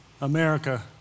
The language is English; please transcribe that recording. America